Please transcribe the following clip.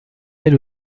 elle